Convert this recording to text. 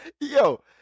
Yo